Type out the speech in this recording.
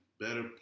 better